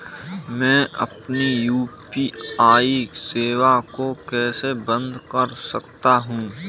मैं अपनी यू.पी.आई सेवा को कैसे बंद कर सकता हूँ?